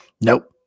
Nope